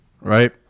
right